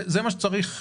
זה מה שצריך שיהיה.